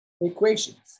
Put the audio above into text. equations